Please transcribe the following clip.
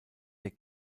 der